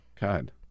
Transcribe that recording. God